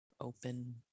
open